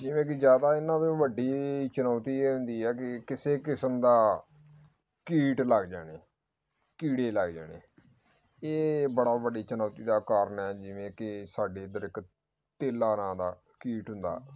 ਜਿਵੇਂ ਕਿ ਜ਼ਿਆਦਾ ਇਹਨਾਂ ਦੇ ਵੱਡੀ ਚੁਣੌਤੀ ਇਹ ਹੁੰਦੀ ਆ ਕਿ ਕਿਸੇ ਕਿਸਮ ਦਾ ਕੀਟ ਲੱਗ ਜਾਣੀ ਕੀੜੇ ਲੱਗ ਜਾਣੇ ਇਹ ਬੜਾ ਵੱਡੀ ਚੁਣੌਤੀ ਦਾ ਕਾਰਨ ਹੈ ਜਿਵੇਂ ਕਿ ਸਾਡੇ ਦਰਖਤ ਤੇਲਾ ਨਾਂ ਦਾ ਕੀਟ ਹੁੰਦਾ